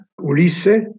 Ulisse